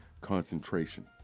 concentration